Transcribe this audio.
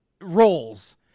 roles